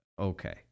Okay